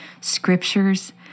scriptures